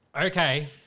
Okay